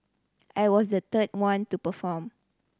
I was the third one to perform